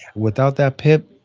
without that pip,